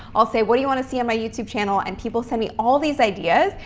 i'll say, what do you want to see on my youtube channel? and people send me all these ideas,